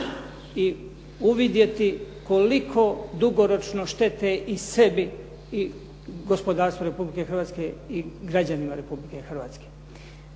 i uvidjeti koliko dugoročne štete i sebi i gospodarstvu Republike Hrvatske i građanima Republike Hrvatske.